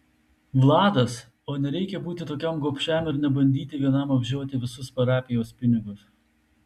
vladas o nereikia būti tokiam gobšiam ir nebandyti vienam apžioti visus parapijos pinigus